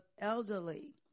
elderly